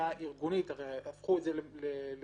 אני מדבר על הבחינה הארגונית.